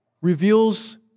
reveals